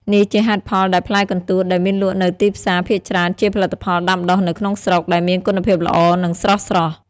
នេះជាហេតុផលដែលផ្លែកន្ទួតដែលមានលក់នៅទីផ្សារភាគច្រើនជាផលិតផលដាំដុះនៅក្នុងស្រុក ដែលមានគុណភាពល្អ និងស្រស់ៗ។